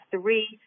three